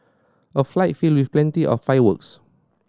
a fight filled with plenty of fireworks